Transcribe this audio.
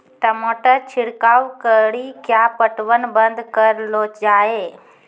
टमाटर छिड़काव कड़ी क्या पटवन बंद करऽ लो जाए?